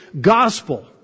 gospel